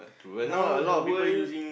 now the world